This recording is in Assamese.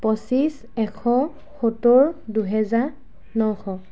পঁচিছ এশ সত্তৰ দুহেজাৰ নশ